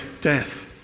death